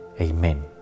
Amen